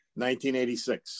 1986